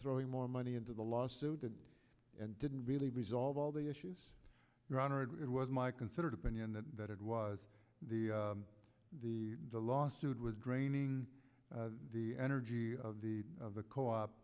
throwing more money into the lawsuit and didn't really resolve all the issues your honor it was my considered opinion that that it was the the the lawsuit was draining the energy of the of the co op